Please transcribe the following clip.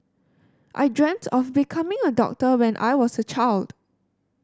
I dreamt of becoming a doctor when I was a child